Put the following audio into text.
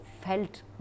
felt